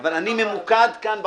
אבל אני ממוקד כאן בחוק.